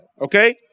okay